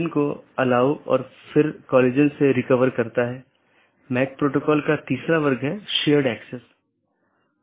BGP को एक एकल AS के भीतर सभी वक्ताओं की आवश्यकता होती है जिन्होंने IGBP कनेक्शनों को पूरी तरह से ठीक कर लिया है